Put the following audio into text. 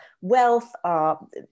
wealth